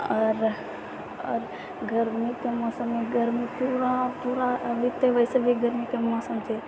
आओर आओर गरमीके मौसममे गरमी पूरा पूरा अभी तऽ वैसे भी गरमीके मौसम छै